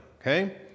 okay